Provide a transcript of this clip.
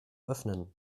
öffnen